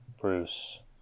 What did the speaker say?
Bruce